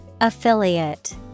Affiliate